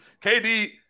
KD